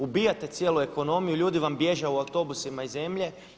Ubijate cijelu ekonomiju, ljudi vam bježe u autobusima iz zemlje.